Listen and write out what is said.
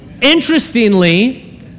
Interestingly